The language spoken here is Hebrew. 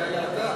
אה, זה היה אתה.